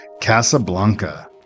Casablanca